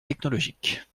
technologique